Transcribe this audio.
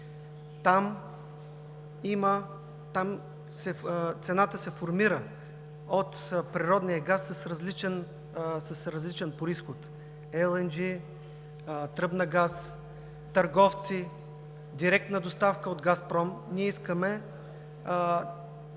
Там цената се формира от природния газ с различен произход – LNG, тръбна газ, търговци, директна доставка от „Газпром“. Ние искаме